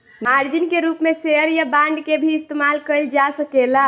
margin के रूप में शेयर या बांड के भी इस्तमाल कईल जा सकेला